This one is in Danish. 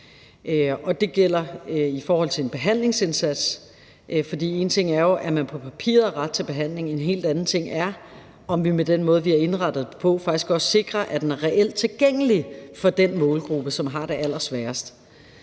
Det gælder i forhold til en behandlingsindsats. For en ting er jo, at man på papiret har ret til behandling. En helt anden ting er, om vi med den måde, vi har indrettet det på, faktisk også sikrer, at den reelt er tilgængelig for den målgruppe, som har det allersværest.